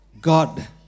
God